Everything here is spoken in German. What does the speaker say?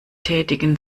tätigen